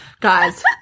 Guys